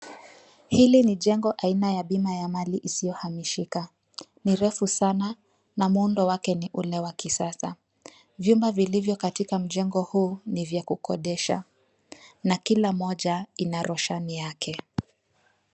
Hili ni jengo la aina ya bima ya mali isiyohamishika. Ni refu sana na muundo wake unaonekana wa kisasa. Nyumba zilizomo ndani ya jengo hili ni za kukodisha, na kila moja ina roshani yake ya kipekee.